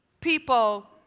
people